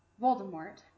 Voldemort